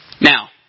Now